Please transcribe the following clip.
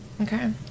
Okay